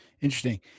Interesting